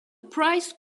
price